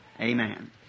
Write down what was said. Amen